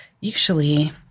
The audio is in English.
Usually